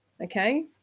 Okay